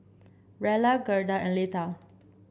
Rella Gerda and Leatha